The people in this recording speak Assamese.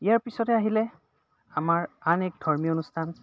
ইয়াৰ পিছতে আহিলে আমাৰ আন এক ধৰ্মীয় অনুষ্ঠান